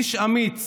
איש אמיץ